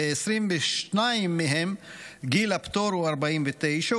ב-22 מהם גיל הפטור הוא 49,